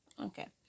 Okay